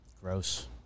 Gross